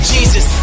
Jesus